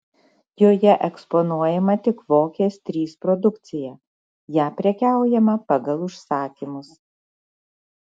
joje eksponuojama tik vokės iii produkcija ja prekiaujama pagal užsakymus